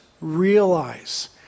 realize